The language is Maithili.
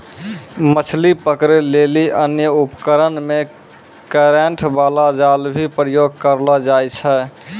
मछली पकड़ै लेली अन्य उपकरण मे करेन्ट बाला जाल भी प्रयोग करलो जाय छै